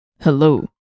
hello